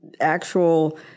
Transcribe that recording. actual